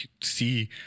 see